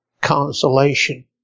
consolation